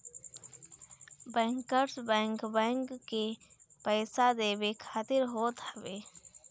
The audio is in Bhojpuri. बैंकर्स बैंक, बैंक के पईसा देवे खातिर होत हवे